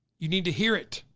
you need to hear it,